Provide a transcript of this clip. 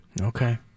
Okay